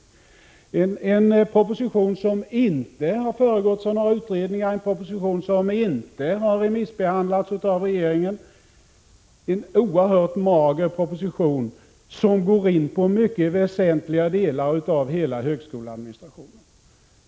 Det är en proposition som inte har föregåtts av några utredningar och som regeringen inte har låtit remissbehandla. Det är en oerhört mager proposition, som berör mycket väsentliga delar av hela högskoleadministrationen.